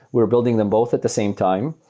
we're building them both at the same time.